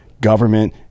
government